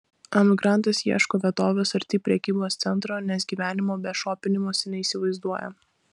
emigrantas ieško vietovės arti prekybos centro nes gyvenimo be šopinimosi neįsivaizduoja